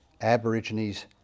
Aborigines